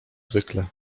zwykle